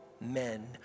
men